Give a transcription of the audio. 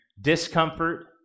discomfort